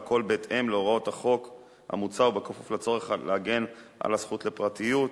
והכול בהתאם להוראות החוק המוצע ובכפוף לצורך להגן על הזכות לפרטיות.